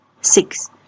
six